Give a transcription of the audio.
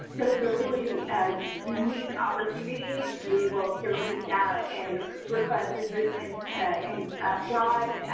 so this is a really unique opportunity to be able to reach out and request assistance and slide,